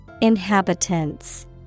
Inhabitants